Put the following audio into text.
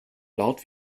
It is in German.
laut